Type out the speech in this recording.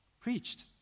preached